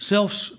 Zelfs